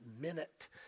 minute